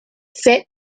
set